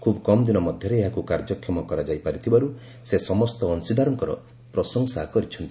ଖୁବ୍ କମ୍ ଦିନ ମଧ୍ୟରେ ଏହାକୁ କାର୍ଯ୍ୟକ୍ଷମ କରାଯାଇ ପାରିଥିବାରୁ ସେ ସମସ୍ତ ଅଂଶୀଦାରଙ୍କର ପ୍ରଶଂସା କରିଛନ୍ତି